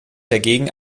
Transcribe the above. dagegen